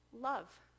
love